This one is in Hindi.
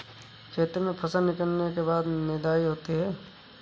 खेती में फसल निकलने के बाद निदाई होती हैं?